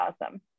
awesome